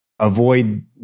avoid